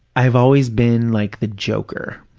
have always been like the joker,